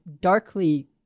darkly